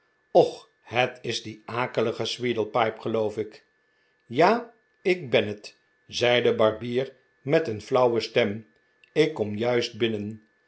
och het is die akelige sweedlepipe geloof ik t ja ik ben het zei de barbier met een flauwe stem ik kom juist binnen